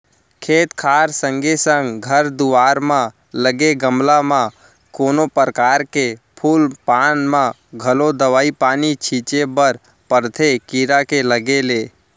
खेत खार संगे संग घर दुवार म लगे गमला म कोनो परकार के फूल पान म घलौ दवई पानी छींचे बर परथे कीरा के लगे ले